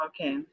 Okay